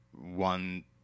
one